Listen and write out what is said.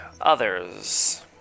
others